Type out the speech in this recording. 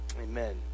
Amen